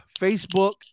Facebook